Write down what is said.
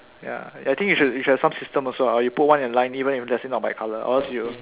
ya ya I think you should you should have some system also lah or you put one in line even if let's say not by colour or else you'll